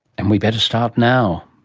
and we'd better start now.